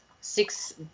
six